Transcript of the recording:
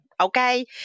Okay